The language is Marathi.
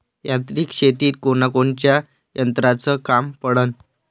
यांत्रिक शेतीत कोनकोनच्या यंत्राचं काम पडन?